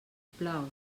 plau